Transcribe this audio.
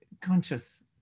conscious